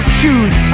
choose